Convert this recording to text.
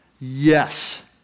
Yes